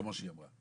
כמו שהיא אמרה,